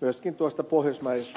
myöskin tuosta pohjoismaisesta yhteistyöstä